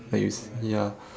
like you s~ ya